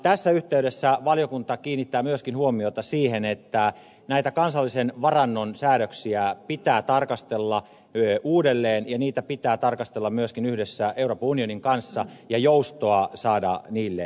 tässä yhteydessä valiokunta kiinnittää myöskin huomiota siihen että näitä kansallisen varannon säädöksiä pitää tarkastella uudelleen ja niitä pitää tarkastella myöskin yhdessä euroopan unionin kanssa ja joustoa saada niille lisää